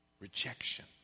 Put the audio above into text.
rejection